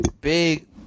big